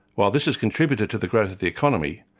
while this has contributed to the growth of the economy,